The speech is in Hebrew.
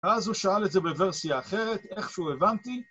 ואז הוא שאל את זה בוורסיה אחרת, איכשהו הבנתי